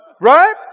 Right